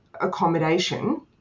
accommodation